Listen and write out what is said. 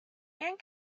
and